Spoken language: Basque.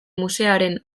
museoaren